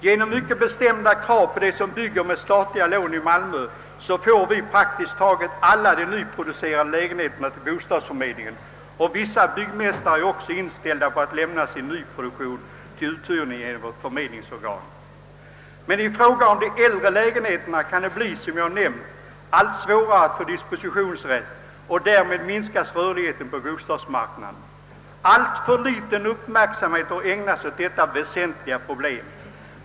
Genom mycket bestämda krav på dem som bygger med statliga lån i Malmö lämnas där praktiskt taget alla nyproducerade lägenheter till bostadsförmedlingen. Vissa byggmästare är också inställda på att låta uthyrningen av sin nyproduktion ske genom vårt förmedlingsorgan. Men i fråga om de äldre lägenheterna blir det, som jag nämnt, allt svårare att få en sådan dispositionsrätt, och därigenom minskas rörligheten på bostadsmarknaden. Alltför liten uppmärksamhet har ägnats åt detta väsentliga problem.